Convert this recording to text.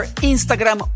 Instagram